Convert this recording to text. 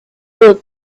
the